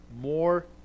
more